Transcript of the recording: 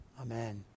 Amen